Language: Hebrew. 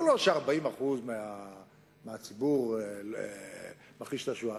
זה לא ש-40% מהציבור מכחיש את השואה,